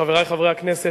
חברי חברי הכנסת,